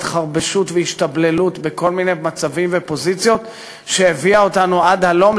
התחרבשות והשתבללות בכל מיני מצבים ופוזיציות שהביאו אותנו עד הלום,